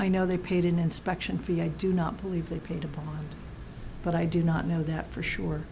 i know they paid an inspection fee i do not believe they paid but i do not know that for sure